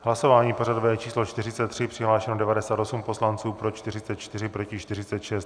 Hlasování pořadové číslo 43, přihlášeno 98 poslanců, pro 44, proti 46.